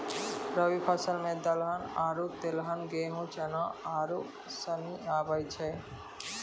रवि फसल मे दलहन आरु तेलहन गेहूँ, चना आरू सनी आबै छै